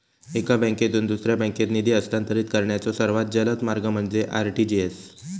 एका बँकेतून दुसऱ्या बँकेत निधी हस्तांतरित करण्याचो सर्वात जलद मार्ग म्हणजे आर.टी.जी.एस